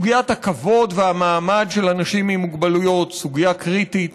סוגיית הכבוד והמעמד של אנשים עם מוגבלויות היא סוגיה קריטית.